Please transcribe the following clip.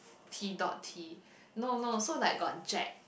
T dot T no no so like got Jack